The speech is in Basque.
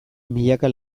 milaka